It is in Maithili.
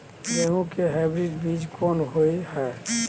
गेहूं के हाइब्रिड बीज कोन होय है?